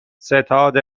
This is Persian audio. ستاد